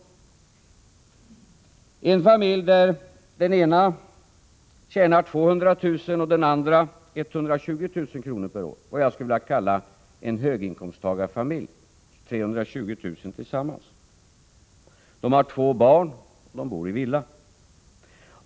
Den ena är en familj där en av makarna tjänar 200 000 kr. och den andra 120 000 kr. per år — vad jag skulle vilja kalla en höginkomsttagarfamilj; de tjänar 320 000 kr. tillsammans. De har två barn och bor i villa.